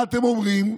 מה אתם אומרים?